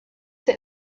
der